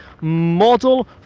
model